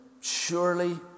surely